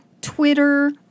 Twitter